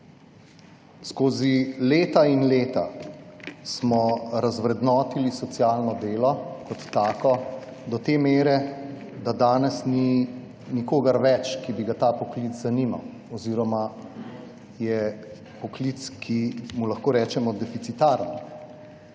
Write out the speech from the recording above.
Skozi leta in leta smo razvrednotili socialno delo kot tako do te mere, da danes ni nikogar več, ki bi ga ta poklic zanimal oziroma je poklic, ki mu lahko rečemo deficitarni.